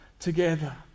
together